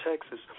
Texas